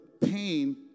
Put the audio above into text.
pain